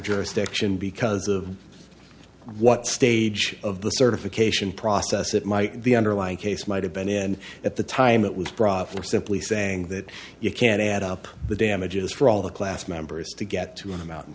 jurisdiction because of what stage of the certification process it might the underlying case might have been in at the time it was brought for simply saying that you can't add up the damages for all the class members to get to a mountain